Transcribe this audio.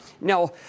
Now